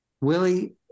Willie